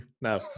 no